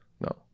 No